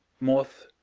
moth,